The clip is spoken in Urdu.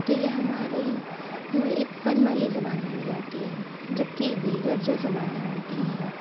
تو یہ ہماری ایک فن والی زبان مانی جاتی ہے جب کی دیگر جو زبانیں ہوتی ہیں